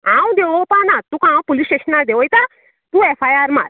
हांव देवोपाना तुका हांव पुलीस स्टेशनार देवोयतां तूं एफ आ आर मार